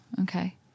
Okay